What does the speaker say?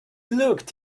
looked